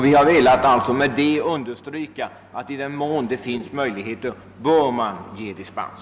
Vi har därmed velat understryka att man i den mån det finns möjligheter bör bevilja dispens.